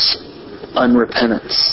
unrepentance